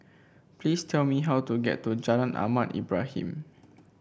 please tell me how to get to Jalan Ahmad Ibrahim